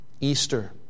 Easter